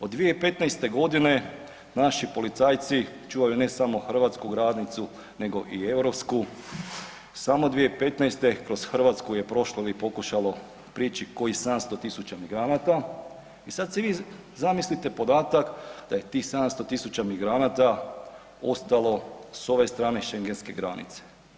Od 2015. g. naši policajci čuvaju ne samo hrvatsku granicu nego i europsku, samo 2015. kroz Hrvatsku je prošlo ili pokušalo prijeći kojih 700 000 migranata, i sad si vi zamislite podatak da je tih 700 000 migranata ostalo s ove strane schengenske granice.